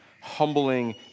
humbling